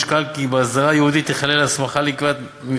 נשקל כי בהסדרה ייעודית תיכלל הסמכה לקביעה